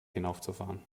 hinaufzufahren